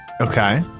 Okay